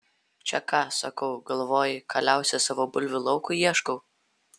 čia ką sakau galvojai kaliausės savo bulvių laukui ieškau